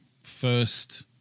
first